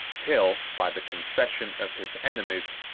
till, by the confession of his enemies,